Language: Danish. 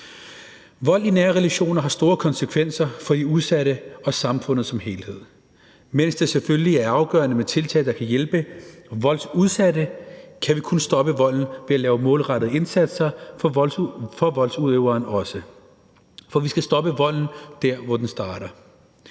Vold i nære relationer har store konsekvenser for de udsatte og samfundet som helhed. Mens det selvfølgelig er afgørende med tiltag, der kan hjælpe voldsudsatte, kan vi kun stoppe volden ved også at lave målrettede indsatser for voldsudøveren, for vi skal stoppe volden der, hvor den starter.